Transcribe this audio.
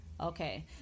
Okay